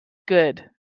good